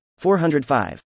405